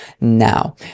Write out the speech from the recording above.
now